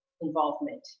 involvement